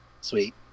sweet